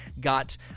got